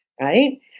right